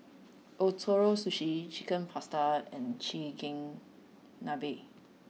Ootoro Sushi Chicken Pasta and Chigenabe